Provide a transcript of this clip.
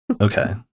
Okay